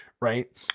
right